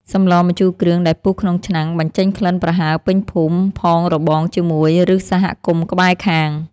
សម្លម្ជូរគ្រឿងដែលពុះក្នុងឆ្នាំងបញ្ចេញក្លិនប្រហើរពេញភូមិផងរបងជាមួយឬ សហគមន៍ក្បែរខាង។